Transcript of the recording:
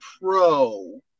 pro